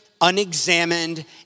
unexamined